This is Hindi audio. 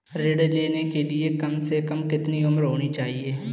ऋण लेने के लिए कम से कम कितनी उम्र होनी चाहिए?